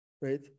right